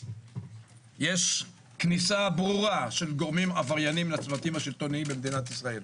יש כניסה ברורה של גורמים עבריינים לצוותים השלטוניים במדינת ישראל.